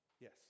Yes